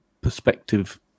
perspective